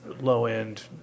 low-end